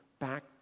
back